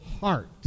heart